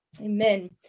Amen